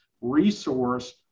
resource